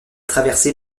traversée